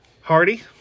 Hardy